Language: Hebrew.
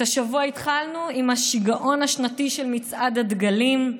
את השבוע התחלנו עם השיגעון השנתי של מצעד הדגלים,